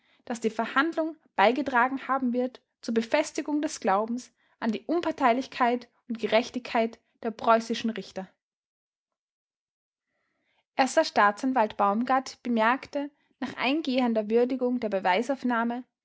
daß die verhandlung beigetragen haben wird zur befestigung des glaubens an die unparteilichkeit und gerechtigkeit der preußischen richter erster staatsanwalt baumgard bemerkte nach eingehender würdigung der beweisaufnahme